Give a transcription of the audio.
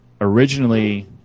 originally